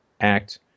act